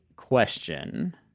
Question